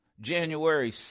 January